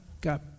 got